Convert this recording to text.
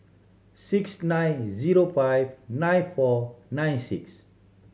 six nine zero five nine four nine six